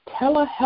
telehealth